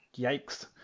Yikes